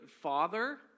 father